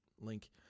link